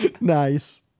Nice